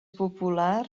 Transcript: popular